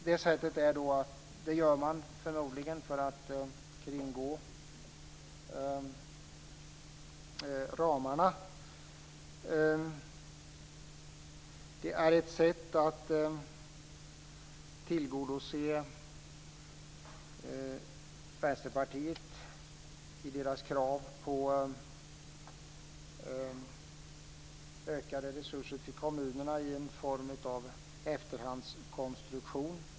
Detta gör man förmodligen för att kringgå ramarna. Det är ett sätt att tillgodose Vänsterpartiet i dess krav på ökade resurser till kommunerna i en form av efterhandskonstruktion.